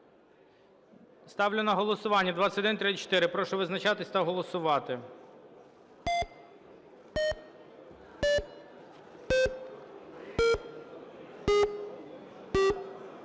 Ставлю на голосування 2134. Прошу визначатись та голосувати.